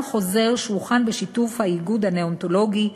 חוזר שהוכן בשיתוף איגוד הנאונטולוגים,